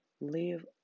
live